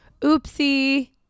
oopsie